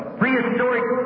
prehistoric